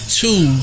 two